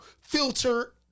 filter